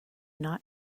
not